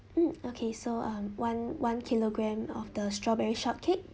mm okay so um one one kilogram of the strawberry shortcake